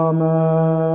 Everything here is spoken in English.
Amen